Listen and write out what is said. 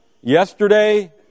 yesterday